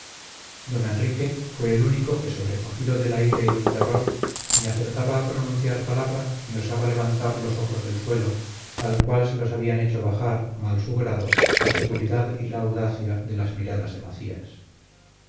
don enrique fue el único que sobrecogido de la ira y del terror ni acertaba a pronunciar palabra ni osaba levantar los ojos del suelo al cual se los habían hecho bajar mal su grado la seguridad y la audacia de las miradas de macías